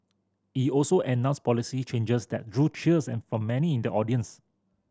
he also announced policy changes that drew cheers and for many in the audience